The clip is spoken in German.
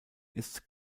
ist